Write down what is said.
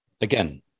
Again